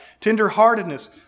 Tenderheartedness